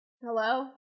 hello